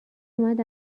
اومد